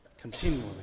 continually